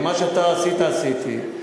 מה שאתה עשית, עשיתי.